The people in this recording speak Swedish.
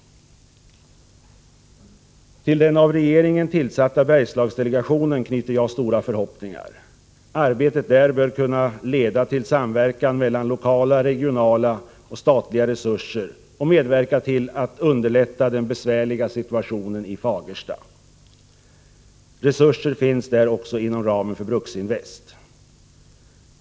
Till den av regeringen tillsatta Bergslagsdelegationen knyter jag stora förhoppningar. Arbetet där bör kunna leda till samverkan mellan lokala, regionala och statliga resurser och medverka till att underlätta den besvärliga situationen i Fagerstaregionen. Resurser finns också inom ramen för Bruksinvest.